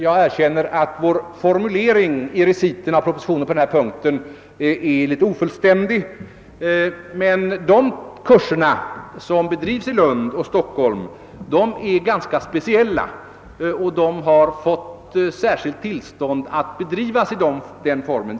Jag erkänner att vår formulering i reciten på denna punkt i propositionen är litet ofullständig, men de kurser som bedrivs i Lund och Stockholm är ganska speciella och har fått särskilt tillstånd att bedrivas i den formen.